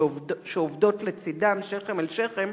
שעובדות לצדם שכם אל שכם,